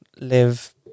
live